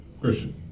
Christian